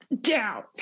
down